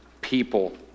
people